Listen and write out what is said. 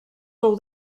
fou